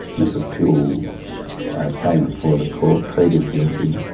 mrs puhle came before the court, pleaded guilty,